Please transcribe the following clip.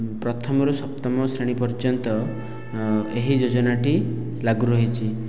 ପ୍ରଥମରୁ ସପ୍ତମ ଶ୍ରେଣୀ ପର୍ଯ୍ୟନ୍ତ ଏହି ଯୋଜନାଟି ଲାଗୁରହିଛି